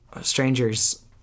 strangers